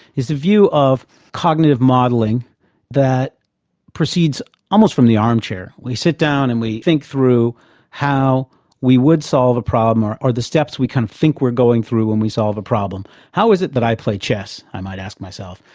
the view of cognitive modelling that proceeds almost from the armchair. we sit down and we think through how we would solve a problem, or or the steps we kind of think we're going through when we solve a problem. how is it that i play chess, i might ask myself,